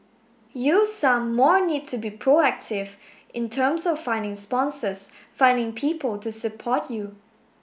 you some more need to be proactive in terms of finding sponsors finding people to support you